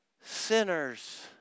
sinners